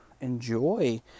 enjoy